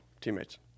teammates